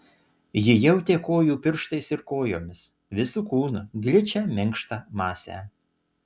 ji jautė kojų pirštais ir kojomis visu kūnu gličią minkštą masę